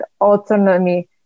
autonomy